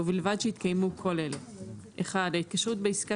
ובלבד שהתקיימו כל אלה: ההתקשרות בעסקה